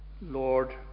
Lord